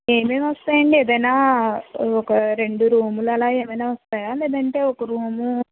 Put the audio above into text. ఏమేమి వస్తాయండి ఏదన్న ఒక రెండు రూములు అలా ఏమైన వస్తాయా లేదంటే ఒక రూము